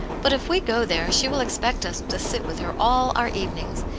but if we go there, she will expect us to sit with her all our evenings,